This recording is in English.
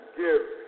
give